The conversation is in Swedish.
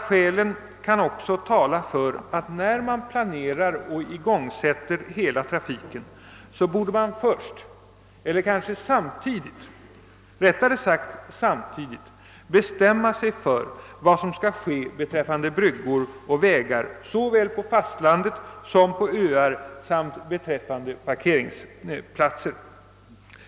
Skäl kan också tala för att man när man planerar och igångsätter hela trafiken samtidigt bestämmer sig för vad som skall ske beträffande bryggor och vägar såväl på fastlandet som på öarna samt beträffande parkeringsplatser.